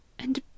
And